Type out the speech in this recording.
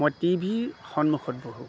মই টিভিৰ সন্মুখত বহোঁ